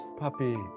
Puppy